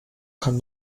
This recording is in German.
kann